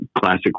classic